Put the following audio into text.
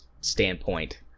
standpoint